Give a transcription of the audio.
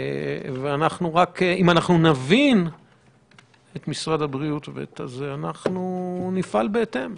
אם אנחנו נבין את משרד הבריאות, אנחנו נפעל בהתאם.